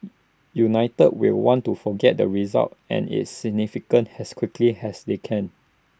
united will want to forget the result and its significance has quickly has they can